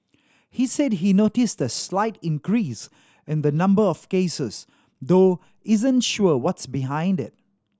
he said he noticed a slight increase in the number of cases though isn't sure what's behind it